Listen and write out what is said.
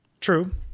True